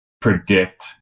predict